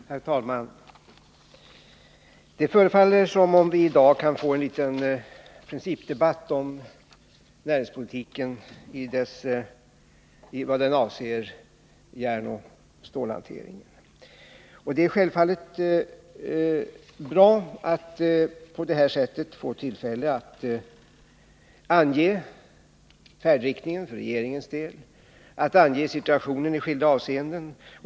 Herr talman! Det förefaller som om vi i dag kan få en liten principdebatt om näringspolitiken i vad den avser järnoch stålhanteringen. Och det är självfallet bra att på det här sättet få tillfälle att ange färdriktningen för regeringens del och beskriva situationen i skilda avseenden.